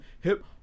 hip